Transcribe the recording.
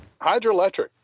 Hydroelectric